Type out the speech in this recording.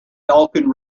falcon